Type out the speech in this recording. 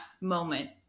moment